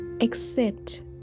Accept